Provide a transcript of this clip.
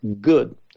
good